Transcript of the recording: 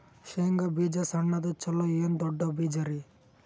ಶೇಂಗಾ ಬೀಜ ಸಣ್ಣದು ಚಲೋ ಏನ್ ದೊಡ್ಡ ಬೀಜರಿ?